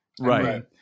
Right